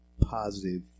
positive